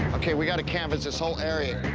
ok, we've got to canvas this whole area.